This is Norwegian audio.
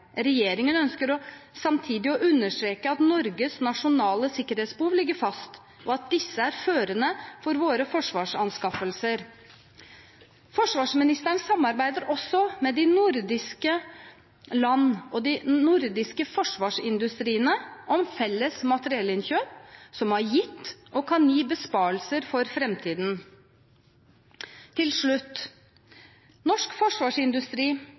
Regjeringen ønsker samtidig å understreke at Norges nasjonale sikkerhetsbehov ligger fast, og at disse er førende for våre forsvarsanskaffelser. Forsvarsministeren samarbeider også med de nordiske land og de nordiske forsvarsindustriene om felles materiellinnkjøp som har gitt og kan gi besparelser for framtiden. Til slutt: Norsk forsvarsindustri